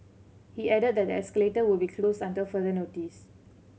he added that the escalator would be closed until further notice